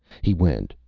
he went,